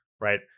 right